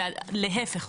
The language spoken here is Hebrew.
להפך,